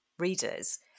readers